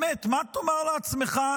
באמת מה תאמר לעצמך,